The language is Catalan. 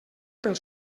pel